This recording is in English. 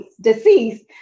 deceased